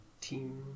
team